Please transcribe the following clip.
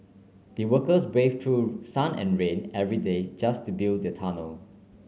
the workers brave through sun and rain every day just to build the tunnel